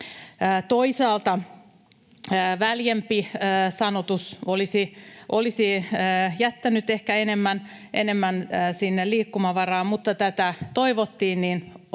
Toisaalta väljempi sanoitus olisi jättänyt ehkä enemmän sinne liikkumavaraa, mutta tätä toivottiin, ja otimme